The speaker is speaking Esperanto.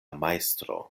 majstro